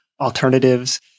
alternatives